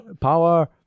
Power